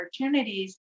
opportunities